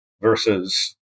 versus